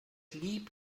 lieb